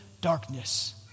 darkness